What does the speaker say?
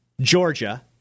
Georgia